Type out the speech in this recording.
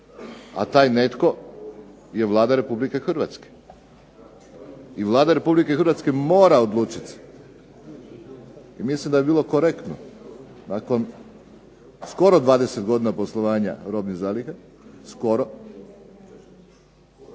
a taj netko je Vlada Republike Hrvatske. I Vlada Republike Hrvatske mora odlučiti i mislim da bi bilo korektno nakon skoro 20 godina poslovanja robnih zaliha da